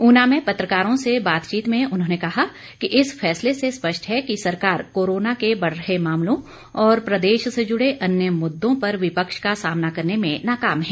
ऊना में पत्रकारों से बातचीत में उन्होंने कहा कि इस फैसले से स्पष्ट है कि सरकार कोरोना के बढ़ रहे मामलों और प्रदेश से जुड़े अन्य मुददों पर विपक्ष का सामना करने में नाकाम है